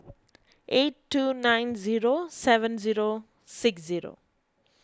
eight two nine zero seven zero six zero